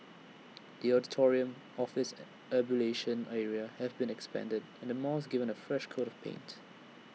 the auditorium office and ablution area have been expanded and the mosque given A fresh coat of paint